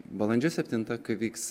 balandžio septintą kai vyks